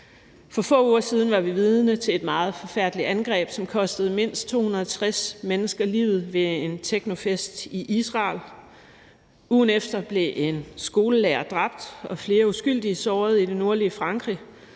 For få uger siden var vi vidne til et meget forfærdeligt angreb, som kostede mindst 260 mennesker livet ved en technofest i Israel. Ugen efter blev en skolelærer dræbt og flere uskyldige såret i det nordlige Frankrig;